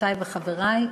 חברותי וחברי,